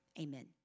Amen